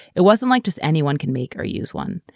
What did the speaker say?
it wasn't like just anyone can make or use one.